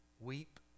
Weep